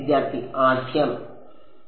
വിദ്യാർത്ഥി ആദ്യം ആദ്യം